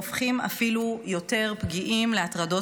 והופכים להיות אפילו יותר פגיעים לעניין הטרדות